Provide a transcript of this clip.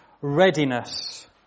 Readiness